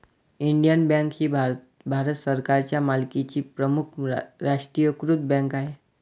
Indian bank ही भारत सरकारच्या मालकीची प्रमुख राष्ट्रीयीकृत बँक आहे